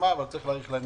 להאריך להם,